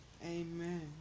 amen